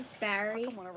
Barry